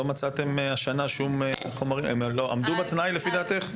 הם עמדו בתנאי לפי דעתך?